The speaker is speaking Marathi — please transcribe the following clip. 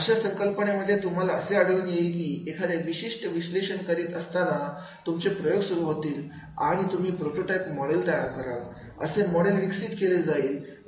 अशा संकल्पनेमध्ये तुम्हाला असे आढळून येईल की एखाद्या विशिष्ट विश्लेषण करीत असताना तुमचे प्रयोग सुरू होतील आणि तुम्ही प्रोटोटाइप मोडेल तयार कराल असे मॉडेल विकसित केले जाईल